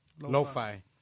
lo-fi